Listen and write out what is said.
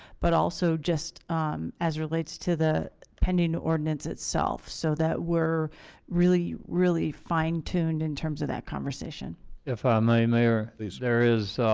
but also just as relates to the pending ordinance itself so that we're really really fine-tuned in terms of that conversation if i'm a mayor these areas